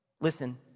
Listen